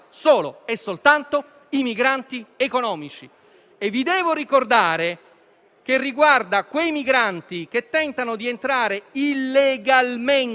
Grazie a tutti